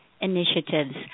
initiatives